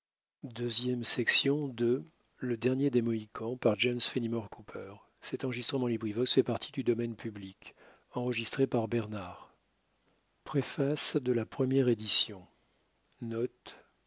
du dernier des mohicans par jim cooper préface de la première